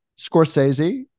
Scorsese